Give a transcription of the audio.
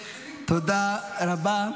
תודה רבה.